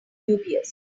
dubious